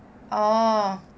oh